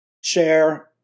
share